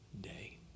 day